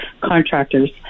contractors